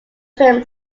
film